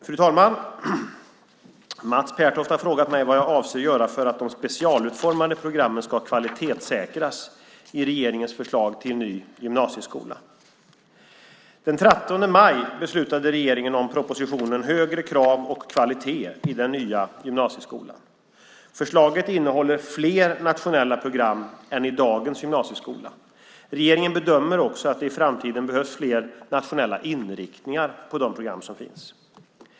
Fru talman! Mats Pertoft har frågat mig vad jag avser att göra för att de specialutformade programmen ska kvalitetssäkras i regeringens förslag till ny gymnasieskola. Den 13 maj beslutade regeringen om propositionen, 2008/09:199, Högre krav och kvalitet i den nya gymnasieskolan . Förslaget innehåller fler nationella program än i dagens gymnasieskola. Regeringen bedömer också att det i framtiden behövs fler nationella inriktningar på de program som finns.